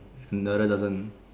another doesn't